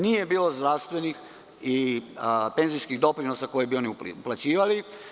Nije bilo zdravstvenih i penzijskih doprinosa koji bi oni uplaćivali.